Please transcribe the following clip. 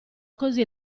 così